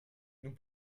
nous